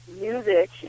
music